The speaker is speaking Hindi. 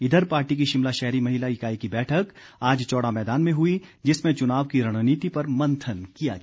इधर पार्टी की शिमला शहरी महिला इकाई की बैठक आज चौड़ा मैदान में हुई जिसमें चुनाव की रणनीति पर मंथन किया गया